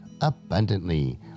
abundantly